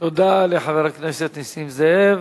תודה לחבר הכנסת נסים זאב.